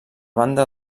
banda